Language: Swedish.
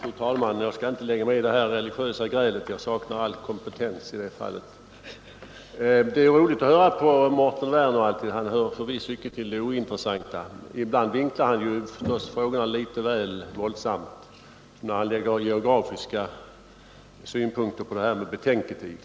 Fru talman! Jag skall inte lägga mig i det här religiösa grälet — jag saknar all kompetens i det fallet. Det är alltid roligt att lyssna till Mårten Werner, han hör förvisso icke till de ointressanta. Ibland vinklar han förstås frågan litet väl våldsamt, som när han lägger geografiska synpunkter på detta med betänketid.